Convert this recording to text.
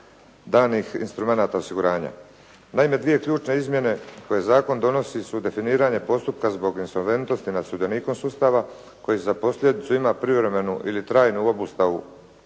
danih instrumenata osiguranja. Naime dvije ključne izmjene koje zakon donosi su definiranje postupka zbog insolventnosti nad sudionikom sustava koji za posljedicu ima privremenu ili trajnu obustavu